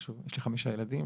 יש לי חמישה ילדים,